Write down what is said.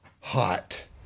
hot